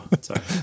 sorry